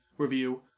review